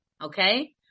Okay